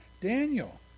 Daniel